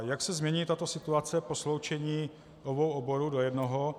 Jak se změní tato situace po sloučení obou oborů do jednoho.